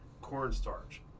Cornstarch